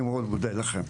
אני מאוד מודה לכם.